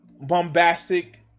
bombastic